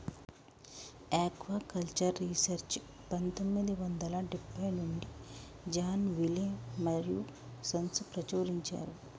aquaculture research పందొమ్మిది వందల డెబ్బై నుంచి జాన్ విలే మరియూ సన్స్ ప్రచురించారు